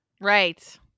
Right